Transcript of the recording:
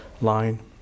line